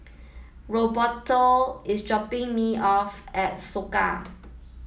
Roberto is dropping me off at Soka